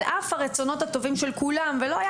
שעל אף הרצונות הטובים של כולם ולא היה